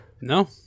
No